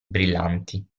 brillanti